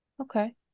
Okay